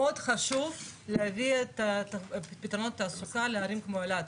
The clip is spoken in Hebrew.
מאוד חשוב להביא את פתרונות תעסוקה לערים כמו אלעד,